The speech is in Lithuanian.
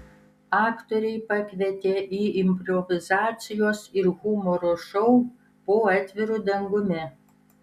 aktoriai pakvietė į improvizacijos ir humoro šou po atviru dangumi